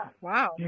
Wow